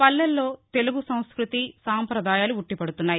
పల్లెల్లో తెలుగు సంస్భృతి సంపదాయాలు ఉట్టిపడుతున్నాయి